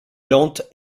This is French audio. lente